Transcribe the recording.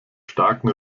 starken